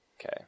Okay